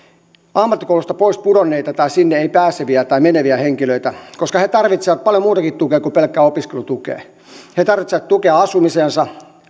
ammattikoulusta pois pudonneita tai sinne ei pääseviä tai meneviä henkilöitä koska he tarvitsevat paljon muutakin tukea kuin pelkkää opiskelutukea he tarvitsevat tukea asumiseensa